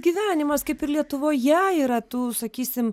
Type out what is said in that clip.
gyvenimas kaip ir lietuvoje yra tų sakysim